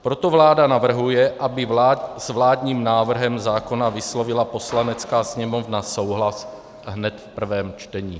Proto vláda navrhuje, aby s vládním návrhem zákona vyslovila Poslanecká sněmovna souhlas hned v prvém čtení.